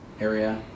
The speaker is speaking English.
area